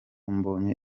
mbonye